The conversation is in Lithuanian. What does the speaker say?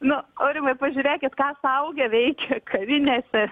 nu aurimai pažiūrėkit ką suaugę veikia kavinėse